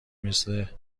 مثل